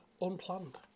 unplanned